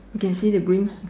okay see the green